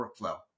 workflow